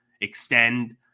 extend